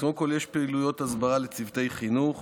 קודם כול, יש פעילויות הסברה לצוותי חינוך